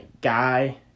guy